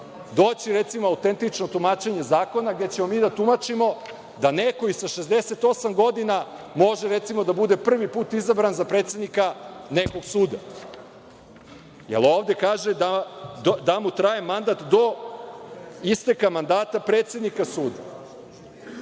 doći, recimo autentično tumačenje zakona, gde ćemo mi da protumačimo da neko i sa 68 godina, može da bude, recimo, prvi put izabran za predsednika nekog suda. Jer ovde kaže da mu traje mandat do isteka mandata predsednika suda.